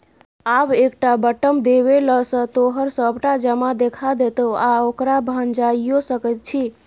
आब एकटा बटम देबेले सँ तोहर सभटा जमा देखा देतौ आ ओकरा भंजाइयो सकैत छी